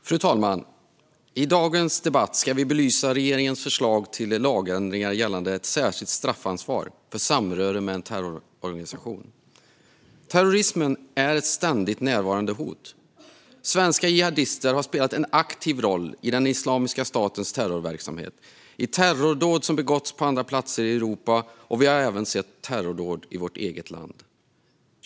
Fru talman! I dagens debatt ska vi belysa regeringens förslag till lagändringar gällande ett särskilt straffansvar för samröre med en terrororganisation. Terrorismen är ett ständigt närvarande hot. Svenska jihadister har spelat en aktiv roll i Islamiska statens terrorverksamhet, i terrordåd som begåtts på andra platser i Europa, och vi har även sett terrordåd i vårt eget land.